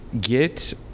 get